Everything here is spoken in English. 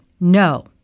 No